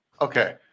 Okay